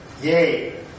Yay